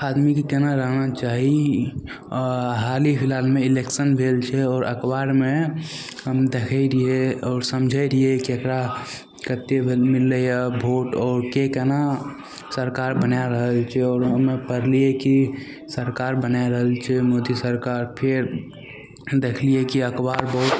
आदमीके कोना रहना चाही आओर हालहि फिलहालमे इलेक्शन भेल छै आओर अखबारमे हम देखै रहिए आओर समझै रहिए ककरा कतेक मिललै यऽ भोट आओर के कोना सरकार बनै रहल छै आओर हमे पढ़लिए कि सरकार बनै रहल छै मोदी सरकार फेर देखलिए कि अखबार बहुत